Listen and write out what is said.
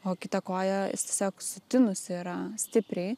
o kita koja jis tiesiog sutinusi yra stipriai